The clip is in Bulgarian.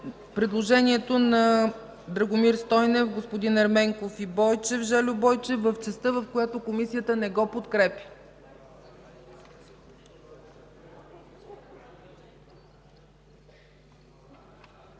предложението на Драгомир Стойнев, Таско Ерменков и Жельо Бойчев в частта, в която Комисията не го подкрепя.